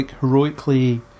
heroically